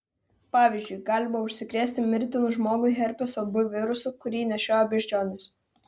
pavyzdžiui galima užsikrėsti mirtinu žmogui herpeso b virusu kurį nešioja beždžionės